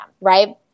right